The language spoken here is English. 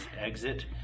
exit